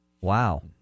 Wow